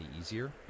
easier